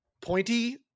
Pointy